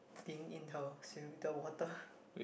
being indoor swimming with the water